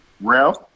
Ralph